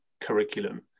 curriculum